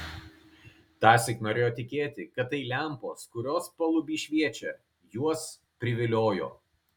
tąsyk norėjo tikėti kad tai lempos kurios paluby šviečia juos priviliojo